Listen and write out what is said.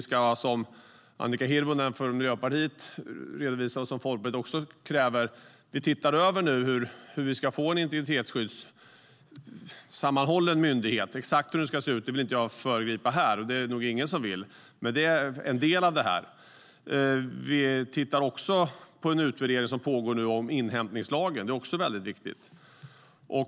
Som Annika Hirvonen, Miljöpartiet, framhöll och som Folkpartiet också har krävt ska vi nu titta över hur vi ska få en sammanhållen myndighet när det gäller integritetsskydd. Exakt hur den ska se ut vill jag inte föregripa här, och det är det nog ingen som vill. Det pågår också en utvärdering av inhämtningslagen. Det är också väldigt viktigt.